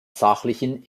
sachlichen